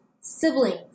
Siblings